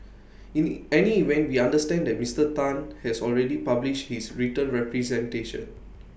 in any event we understand that Mister Tan has already published his written representation